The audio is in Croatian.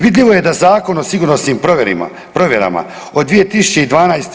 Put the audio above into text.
Vidljivo je da Zakon o sigurnosnim provjerama od 2012.